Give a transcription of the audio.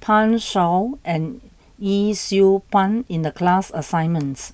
Pan Shou and Yee Siew Pun in the class assignments